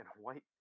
white